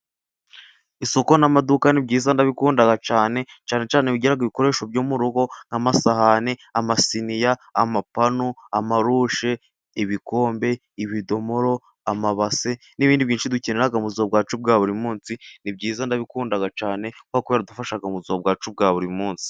Isoko n'amaduka ni byizayiza ndabikunda cyane. Cyane cyane ibigira ibikoresho byo mu rugo nk'amasahani, amasiniya, amapanu, amarushe, ibikombe, ibidomoro, amabase, n'ibindi byishi dukenera mu buzima bwacu bwa buri munsi. Ni byiza ndabikunda cyane kubera ko bidufasha mu buzima bwacu bwa buri munsi.